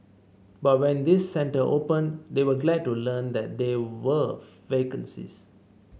but when this centre opened they were glad to learn that there were vacancies